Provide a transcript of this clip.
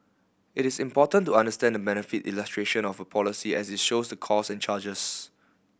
it is important to understand the benefit illustration of a policy as it shows the cost and charges